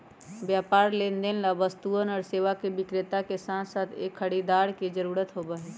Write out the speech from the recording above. व्यापार लेनदेन ला वस्तुअन और सेवा के विक्रेता के साथसाथ एक खरीदार के जरूरत होबा हई